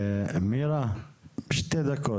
מירה, שתי דקות.